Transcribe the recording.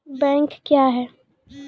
Bank क्या हैं?